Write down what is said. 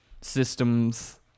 systems